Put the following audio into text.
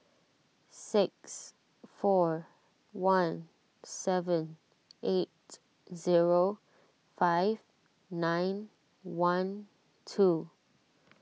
six four one seven eight zero five nine one two